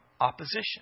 opposition